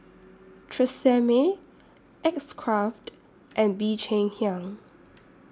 Tresemme X Craft and Bee Cheng Hiang